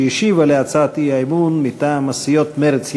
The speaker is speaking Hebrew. שהשיבה על הצעת האי-אמון מטעם הסיעות מרצ,